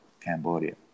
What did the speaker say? Cambodia